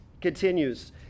continues